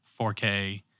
4K